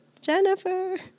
Jennifer